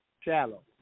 shallow